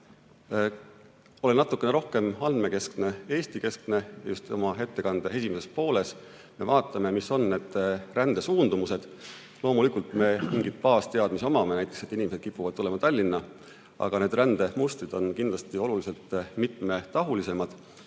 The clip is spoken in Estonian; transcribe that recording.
Olen natukene rohkem andmekeskne ja Eesti-keskne. Just ettekande esimeses pooles me vaatame, mis on need rändesuundumused. Loomulikult me mingeid baasteadmisi omame, näiteks seda, et inimesed kipuvad tulema Tallinna, aga rändemustrid on kindlasti oluliselt mitmetahulisemad.